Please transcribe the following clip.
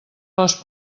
les